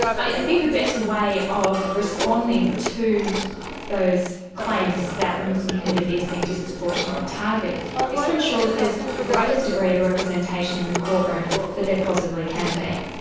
i think the best way of responding to those claims that the muslim community is being disproportionately targeted is to ensure that there's the greatest degree of representation in the court room, that there possibly can be.